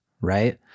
right